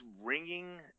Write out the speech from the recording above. ringing